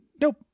Nope